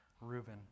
Reuben